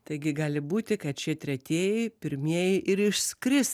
taigi gali būti kad šie tretieji pirmieji ir išskris